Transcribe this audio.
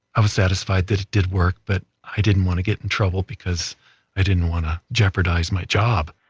i was satisfied that it did work, but i didn't want to get in trouble because i didn't want to jeopardize my job